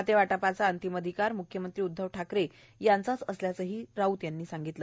खाते वाटपाचा अंतीम अधिकार म्ख्यमंत्री उद्वव ठाकरे यांचा असल्याचे ही राऊत म्हणाले